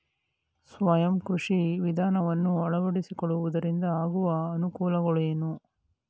ಸಾವಯವ ಕೃಷಿ ವಿಧಾನವನ್ನು ಅಳವಡಿಸಿಕೊಳ್ಳುವುದರಿಂದ ಆಗುವ ಅನುಕೂಲಗಳೇನು?